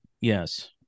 yes